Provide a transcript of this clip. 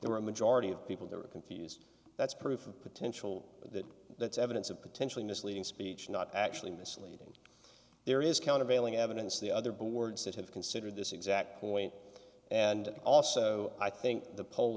there were a majority of people there were confused that's proof of potential but that that's evidence of potentially misleading speech not actually misleading there is countervailing evidence the other boards that have considered this exact point and also i think the pol